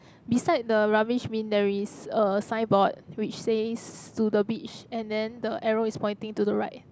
beside the rubbish bin there is a signboard which says to the beach and then the arrow is pointing to the right